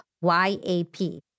Y-A-P